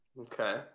Okay